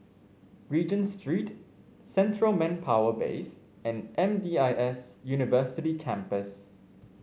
Regent Street Central Manpower Base and M D I S University Campus